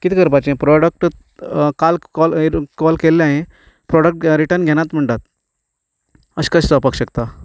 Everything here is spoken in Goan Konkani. कितें करपाचें प्रॉडक्टूच काल कॉल एर कॉल केल्लो हांवें प्रॉडक्ट ग् रिटन घेनात म्हणटात अशें कशें जावपाक शकता